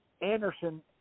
Anderson –